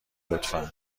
لطفا